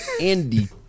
Andy